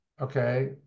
Okay